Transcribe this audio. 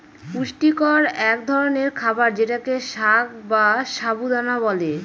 পুষ্টিকর এক ধরনের খাবার যেটাকে সাগ বা সাবু দানা বলে